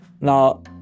Now